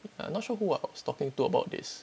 ya I not sure who I was talking to about this